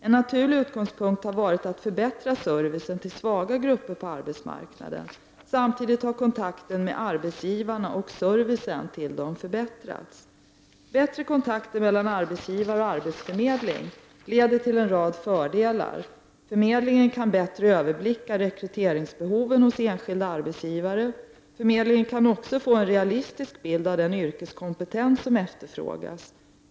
En naturlig utgångspunkt har varit att förbättra servicen till svaga grupper på arbetsmarknaden. Samtidigt har kontakten med arbetsgivarna och servicen till dem förbättrats. Bättre kontakter mellan arbetsgivare och arbetsförmedling leder till en rad fördelar. Förmedlingen kan bättre överblicka rekryteringsbehoven hos enskilda arbetsgivare. Förmedlingen kan också få en realistisk bild av den yrkeskompetens som efterfrågas.